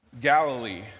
Galilee